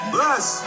Bless